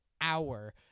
hour